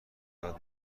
یاد